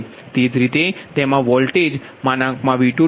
તે જ રીતે તેમાં વોલ્ટેજ V22V21∆V21 ની બરાબર છે જે 1